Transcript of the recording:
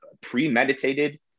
premeditated